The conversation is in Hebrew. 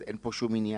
אז אין פה שום עניין.